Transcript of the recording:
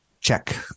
check